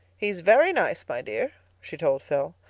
he's very nice, my dear, she told phil,